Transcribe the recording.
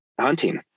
hunting